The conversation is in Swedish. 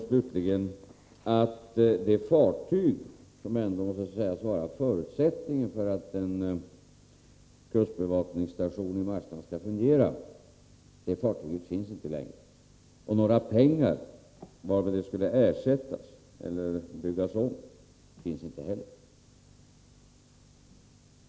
Slutligen är det så att det fartyg som ändå måste sägas vara förutsättningen för att en kustbevakningsstation i Marstrand skall fungera inte längre finns. Några pengar, varmed det skulle ersättas eller byggas om, finns inte heller.